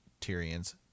Tyrion's